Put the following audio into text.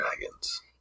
dragons